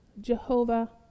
Jehovah